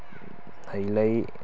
ꯍꯩ ꯂꯩ